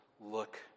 Look